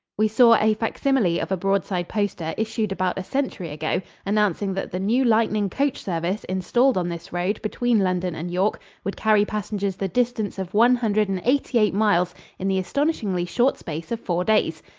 we saw a facsimile of a broadside poster issued about a century ago announcing that the new lightning coach service installed on this road between london and york would carry passengers the distance of one hundred and eighty-eight miles in the astonishingly short space of four days.